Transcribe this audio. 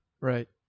Right